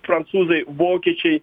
prancūzai vokiečiai